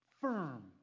firm